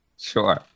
Sure